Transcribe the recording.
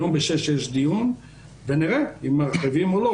הערב ב-18:00 יתקיים דיון ונראה אם מרחיבים או לא.